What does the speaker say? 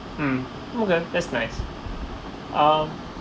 mm okay that's nice um